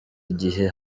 igihe